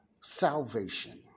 Salvation